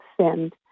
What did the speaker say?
send